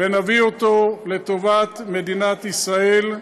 ונביא אותו לטובת מדינת ישראל,